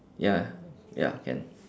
ya ya can